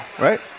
right